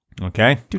Okay